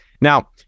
Now